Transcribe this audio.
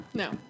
No